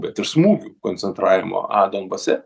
bet ir smūgių koncentravimo dombase